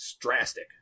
drastic